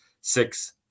six